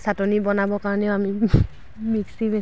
চাটনি বনাব কাৰণে আমি মিক্সি মিক্সি